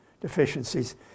deficiencies